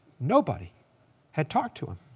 nobody had talked to him.